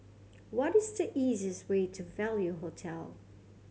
what is the easiest way to Value Hotel